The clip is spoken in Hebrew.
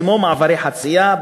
כמו מעברי חציה,